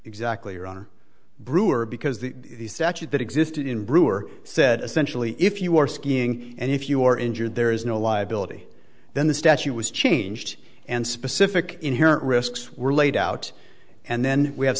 exactly or on brewer because the statute that existed in brewer said essentially if you are skiing and if you are injured there is no liability then the statute was changed and specific inherent risks were laid out and then we have